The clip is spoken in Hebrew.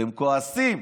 אתם כועסים.